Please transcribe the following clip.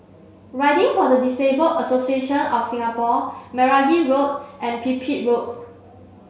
riding for the Disabled Association of Singapore Meragi Road and Pipit Road